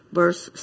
verse